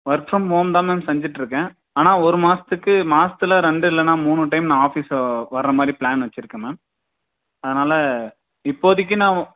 work from home தான் ma'am செஞ்சிகிட்டு இருக்கேன் ஆனால் ஒரு மாதத்துக்கு மாதத்துல ரெண்டு இல்லைனா மூணு டைம் நான் ஆபீஸ் வர்றமாதிரி பிளான் வச்சியிருக்கேன் மேம் அதனால இப்போதிக்கு நான்